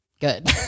good